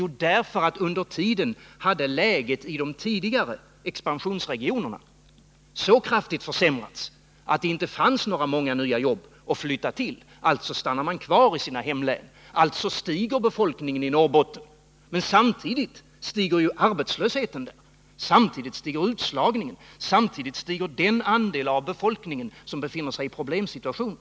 Jo, därför att under tiden hade läget i de tidigare expansionsregionerna så kraftigt försämrats att det inte fanns särskilt många nya jobb där att flytta till. Alltså stannade man kvar i sina resp. hemlän. Alltså ökar befolkningen i Norrbotten. Men samtidigt stiger ju arbetslösheten där. Samtidigt ökar utslagningen. Samtidigt ökar den andel av befolkningen som befinner sig i problemsituationer.